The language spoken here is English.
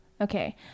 okay